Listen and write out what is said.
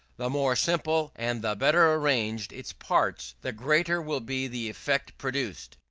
the more simple and the better arranged its parts, the greater will be the effect produced.